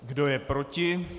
Kdo je proti?